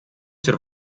zur